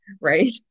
right